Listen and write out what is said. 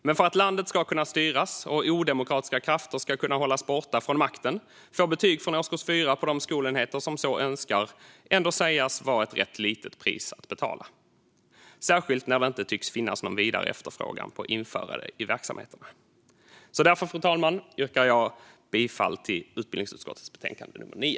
Men för att landet ska kunna styras och odemokratiska krafter ska kunna hållas borta från makten får betyg från årskurs 4 på de skolenheter som så önskar ändå sägas vara ett rätt litet pris att betala, särskilt när det inte tycks finnas någon vidare efterfrågan på att införa det i verksamheterna. Därför, fru talman, yrkar jag bifall till förslaget i utbildningsutskottets betänkande nummer 9.